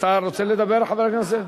אתה רוצה לדבר, חבר הכנסת?